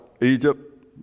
Egypt